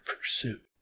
pursuit